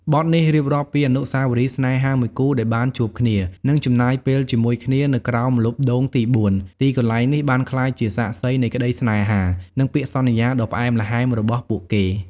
បទនេះរៀបរាប់ពីអនុស្សាវរីយ៍ស្នេហាមួយគូដែលបានជួបគ្នា និងចំណាយពេលជាមួយគ្នានៅក្រោមម្លប់ដូងទីបួន ទីកន្លែងនេះបានក្លាយជាសាក្សីនៃក្តីស្នេហា និងពាក្យសន្យាដ៏ផ្អែមល្ហែមរបស់ពួកគេ។